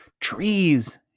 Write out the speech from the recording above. Trees